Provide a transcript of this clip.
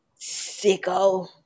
Sicko